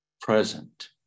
present